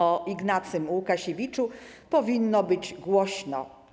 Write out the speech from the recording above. O Ignacym Łukasiewiczu powinno być głośno.